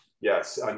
Yes